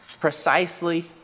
precisely